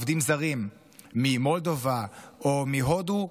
עובדים זרים ממולדובה או מהודו,